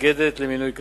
המתנגדת למינוי כזה,